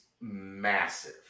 massive